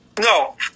No